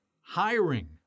hiring